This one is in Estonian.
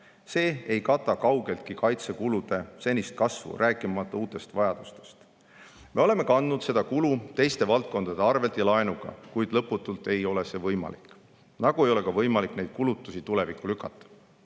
See ei kata kaugeltki kaitsekulude senist kasvu, rääkimata uute vajaduste [katmisest]. Me oleme kandnud seda kulu teiste valdkondade arvelt ja laenuga, kuid lõputult ei ole see võimalik, nagu ei ole ka võimalik neid kulutusi tulevikku